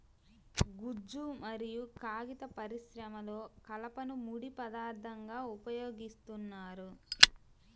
గుజ్జు మరియు కాగిత పరిశ్రమలో కలపను ముడి పదార్థంగా ఉపయోగిస్తున్నారు